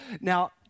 Now